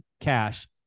cash